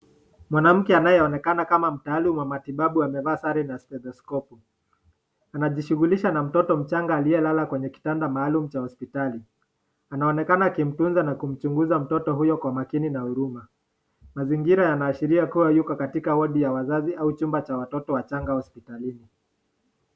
Mwanamke anayeonekana kama mtaalum wa matibabu amevaa sare na tetheskopu. Anajishughulisha na mtoto mchanga aliyelala kwenye kitanda maalum cha hospitali. Anaonekana akimtunza na kumchunga mtoto huyo kwa makini na huruma. Mazingira yanaashiria kuwa yuko katika wodi ya wazazi au chumba cha watoto wachanga hospitalini.